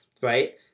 right